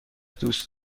دوست